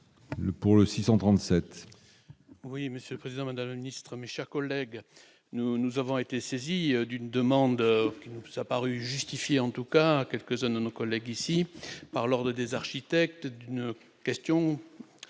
Pour le 637.